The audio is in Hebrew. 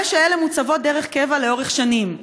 הרי שאלה מוצבות דרך קבע לאורך שנים,